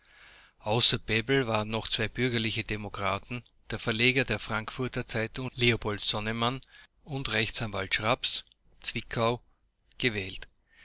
außer bebel waren noch zwei bürgerliche demokraten der verleger der frankfurter zeitung leopold sonnemann und rechtsanwalt schraps zwickau gewählt